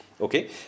Okay